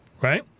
right